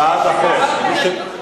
בעד החוק, מי שבעד הוא נגד החוק.